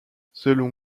selon